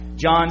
John